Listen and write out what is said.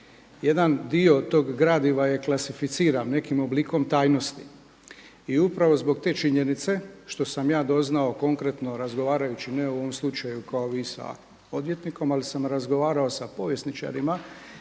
Jedan dio tog gradiva je klasificiran nekim oblikom tajnosti i upravo zbog te činjenice što sam ja doznao konkretno razgovarajući ne o ovom slučaju kao vi sada odvjetnikom, ali sam razgovarao sa povjesničarima